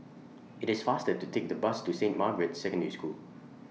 IT IS faster to Take The Bus to Saint Margaret's Secondary School